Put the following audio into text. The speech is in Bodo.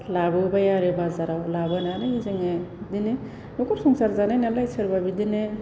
लाबोबाय आरो बाजाराव लाबोनानै जोंङो बिदिनो न'खर संसार जानाय नालाय सोरबा बिदिनो